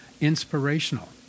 inspirational